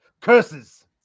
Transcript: curses